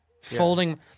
Folding